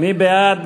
מי בעד?